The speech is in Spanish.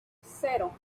cero